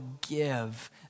give